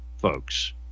folks